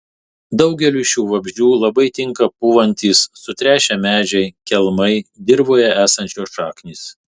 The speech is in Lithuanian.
daugeliui šių vabzdžių labai tinka pūvantys sutrešę medžiai kelmai dirvoje esančios šaknys